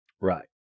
Right